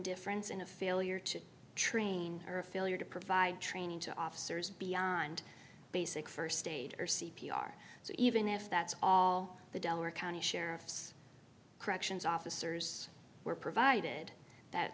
indifference in a failure to train or a failure to provide training to officers beyond basic st aid or c p r so even if that's all the delaware county sheriff's corrections officers were provided that